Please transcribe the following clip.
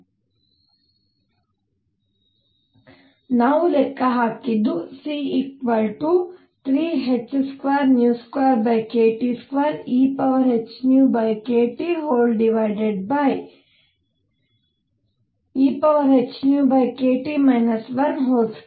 ಆದ್ದರಿಂದ ನಾವು ಲೆಕ್ಕ ಹಾಕಿದ್ದು C3h22kT2 ehνkTehνkT 12